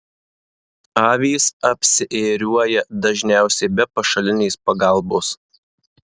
avys apsiėriuoja dažniausiai be pašalinės pagalbos